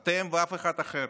אתם, ולא אף אחד אחר.